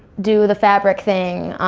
do the fabric thing.